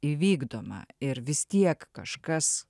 įvykdoma ir vis tiek kažkas